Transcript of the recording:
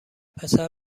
پسر